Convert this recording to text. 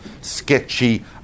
sketchy